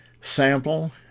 Sample